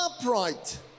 upright